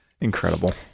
incredible